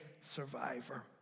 survivor